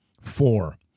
Four